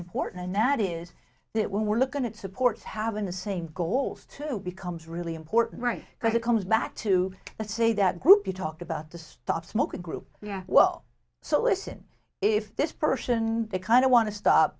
important and that is that we're looking at supports having the same goals to becomes really important right because it comes back to let's say that group you talk about the stop smoking group yeah well so listen if this person and they kind of want to stop